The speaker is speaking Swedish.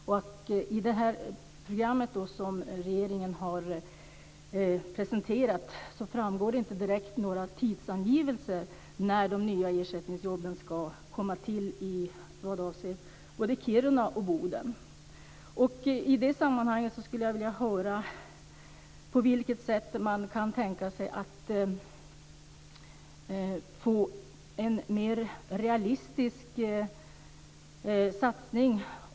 Av det program som regeringen har presenterat framgår inga direkta tidsangivelser för när de nya ersättningsjobben ska komma till vad avser både Kiruna och I det sammanhanget skulle jag vilja höra på vilket sätt man kan tänka sig att få en mer realistisk satsning.